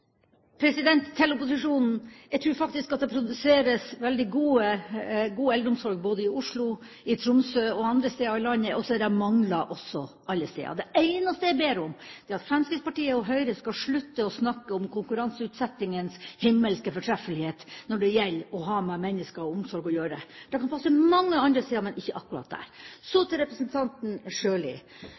til 1 minutt. Til opposisjonen: Jeg tror faktisk at det produseres veldig god eldreomsorg både i Oslo, i Tromsø og andre steder i landet, og så er det mangler også alle steder. Det eneste jeg ber om, er at Fremskrittspartiet og Høyre skal slutte å snakke om konkurranseutsettingens himmelske fortreffelighet når det gjelder å ha med mennesker og omsorg å gjøre. Det kan passe mange andre steder, men ikke akkurat der. Så til representanten Sjøli: Det har vært runder i